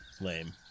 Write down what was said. Lame